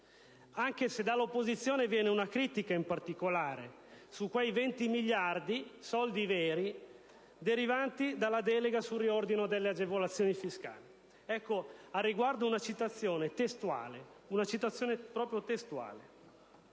anche se dall'opposizione viene una critica, in particolare, su quei 20 miliardi, soldi veri, derivanti dalla delega sul riordino delle agevolazioni fiscali. Al riguardo, vi riporto una citazione testuale: